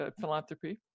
philanthropy